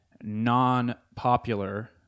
non-popular